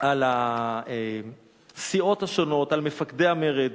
על הסיעות השונות, על מפקדי המרד,